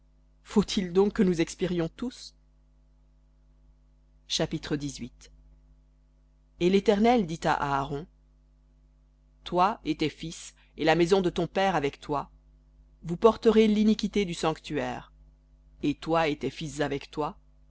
faut-il donc que nous expirions tous chapitre et l'éternel dit à aaron toi et tes fils et la maison de ton père avec toi vous porterez l'iniquité du sanctuaire et toi et tes fils avec toi